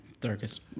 darkest